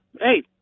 hey